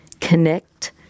connect